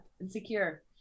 insecure